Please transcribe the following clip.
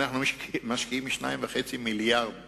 אנחנו משקיעים 2.5 מיליארדי